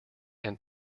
and